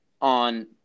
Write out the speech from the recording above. on